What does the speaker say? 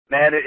Man